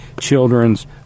children's